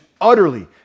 utterly